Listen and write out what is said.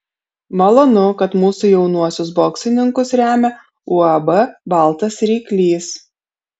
malonu kad mūsų jaunuosius boksininkus remia uab baltas ryklys